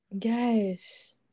Yes